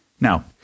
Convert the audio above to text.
Now